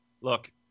Look